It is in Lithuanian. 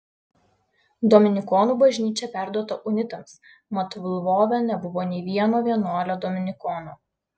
dominikonų bažnyčia perduota unitams mat lvove nebuvo nei vieno vienuolio dominikono